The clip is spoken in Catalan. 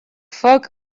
foc